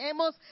hemos